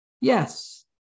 Yes